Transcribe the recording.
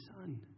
son